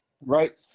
right